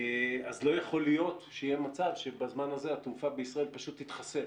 אז לא יכול להיות מצב שבזמן הזה התעופה בישראל פשוט תתחסל